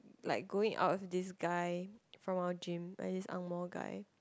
like going out with this guy from our gym like this angmoh guy